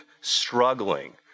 struggling